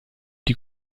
die